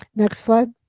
next slide.